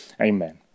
Amen